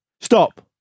Stop